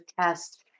test